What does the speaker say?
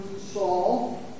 Saul